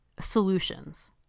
solutions